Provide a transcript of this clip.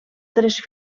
tres